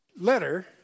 letter